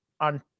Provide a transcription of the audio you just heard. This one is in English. on